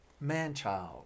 man-child